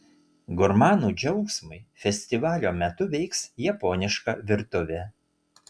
gurmanų džiaugsmui festivalio metu veiks japoniška virtuvė